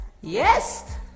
Yes